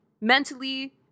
mentally